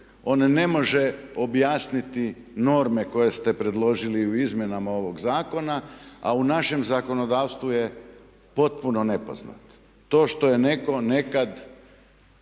On ne može objasniti norme koje ste predložili u izmjenama ovih zakona a u našem zakonodavstvu je potpuno nepoznat. To što je netko nekad